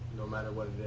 no matter what